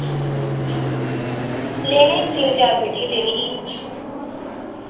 लेने तिन चार पेटियां लेनी ही